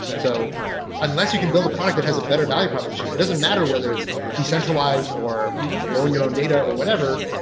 so unless we can build a product that has a better value proposition, it doesn't matter whether it's decentralized or you own your own data or whatever.